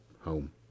home